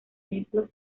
ejemplos